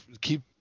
keep